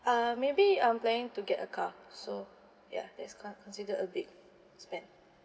uh maybe I'm planning to get a car so ya that's quite considered a big spend